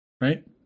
right